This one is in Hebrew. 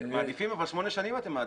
מעדיפים, אבל שמונה שנים אתם מעדיפים.